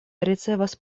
ricevas